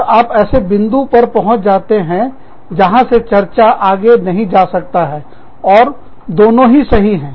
और आप ऐसे बिंदु पर पहुंच जाते हैं जहां से चर्चा आगे नहीं जा सकता है और दोनों ही सही हैं